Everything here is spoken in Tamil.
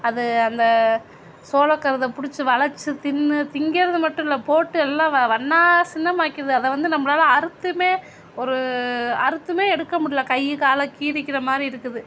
அது அந்த சோள கருதை பிடிச்சி வளைச்சி தின்று திங்குறது மட்டு இல்ல போட்டு எல்லா வ வண்ணா சின்னமாக்கிருது அதை வந்து நம்பளால் அறுத்துமே ஒரு அறுத்துமே எடுக்க முடியல கை காலை கீறிக்கிற மாதிரி இருக்குது